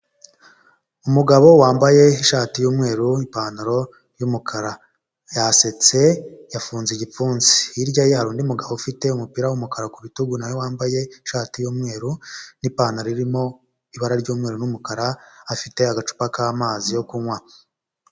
Umugabo wambaye ishati y'umweru ipantaro y'umukara yasetse yafunze igipfunsi, hirya ye hari undi mugabo ufite umupira w'umukara ku bitugu nawe wambaye ishati y'umweru n'ipantaro irimo ibara ry'umweru n'umukara, afite agacupa k'amazi yo kunywa.